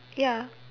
ya